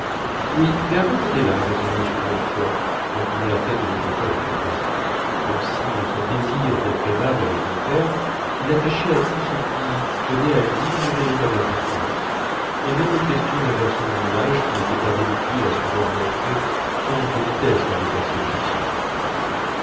oui bergotte était là répondit m de norpois inclinant la tête de mon côté avec courtoisie comme si dans son désir d'être aimable avec mon père il attachait à tout ce qui tenait à lui une véritable importance et même aux questions d'un garçon de mon âge qui n'était pas habitué à se voir montrer tant de politesse par des personnes du sien